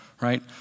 right